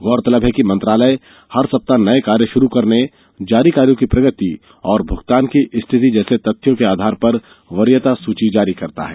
गौरतलब है कि मंत्रालय हर सप्ताह नए कार्य शुरू करने जारी कार्यों की प्रगति और भुगतान की स्थिति जैसे तथ्यों के आधार पर वरीयता सूची जारी करता है